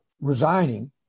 resigning